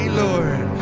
lord